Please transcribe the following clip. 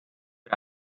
für